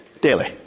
Daily